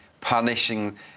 punishing